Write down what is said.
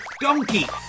Donkey